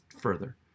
further